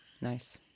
Nice